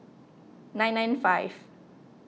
nine nine five